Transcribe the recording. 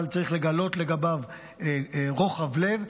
אבל צריך לגלות לגביו רוחב לב.